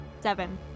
Seven